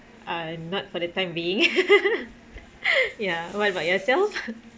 uh not for the time being ya what about yourself